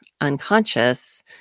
unconscious